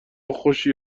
خوشی